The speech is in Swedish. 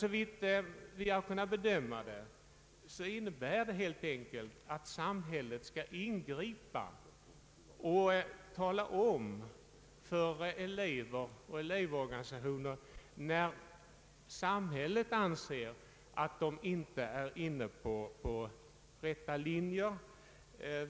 Såvitt jag har kunnat bedöma innebär reservationen helt enkelt att samhället skall ingripa och tala om för elever och elevorganisationer när samhället anser att de inte är inne på rätta linjer.